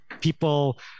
People